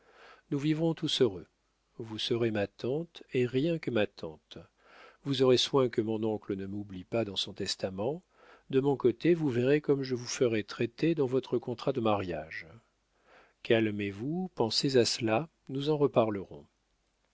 nous vivrons tous heureux vous serez ma tante et rien que ma tante vous aurez soin que mon oncle ne m'oublie pas dans son testament de mon côté vous verrez comme je vous ferai traiter dans votre contrat de mariage calmez-vous pensez à cela nous en reparlerons